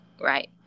right